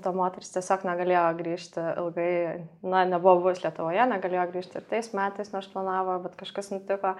ta moteris tiesiog negalėjo grįžti ilgai na nebuvo buvus lietuvoje negalėjo grįžti ir tais metais nors planavo bet kažkas nutiko